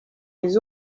les